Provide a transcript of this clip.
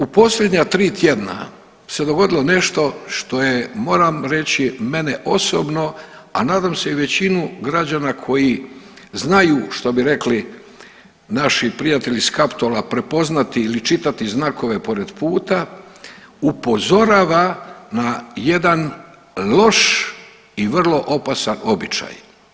U posljednja 3 tjedna se dogodilo nešto što je moram reći mene osobno, a nadam se i većinu građana koji znaju što bi rekli naši prijatelji s Kaptola prepoznati ili čitati znakove pored puta, upozorava na jedan loš i vrlo opasan običaj.